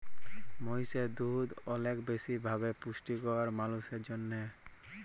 মহিষের দুহুদ অলেক বেশি ভাবে পুষ্টিকর মালুসের জ্যনহে